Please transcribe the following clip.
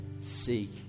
seek